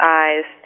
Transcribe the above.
eyes